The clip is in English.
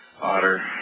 Otter